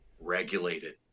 regulated